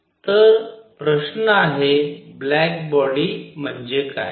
तर प्रश्न आहे ब्लॅक बॉडी म्हणजे काय